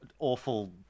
Awful